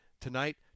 Tonight